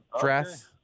dress